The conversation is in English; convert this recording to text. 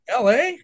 LA